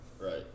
right